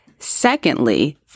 Secondly